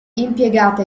impiegata